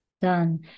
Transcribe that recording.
done